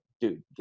dude